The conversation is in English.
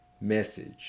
message